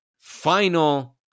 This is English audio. final